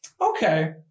Okay